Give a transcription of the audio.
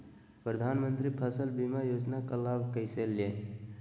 प्रधानमंत्री फसल बीमा योजना का लाभ कैसे लिये?